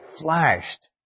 flashed